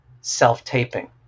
self-taping